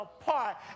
apart